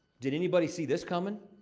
did anybody see this coming?